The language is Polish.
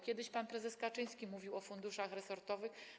Kiedyś pan prezes Kaczyński mówił o funduszach resortowych.